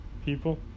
People